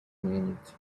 meant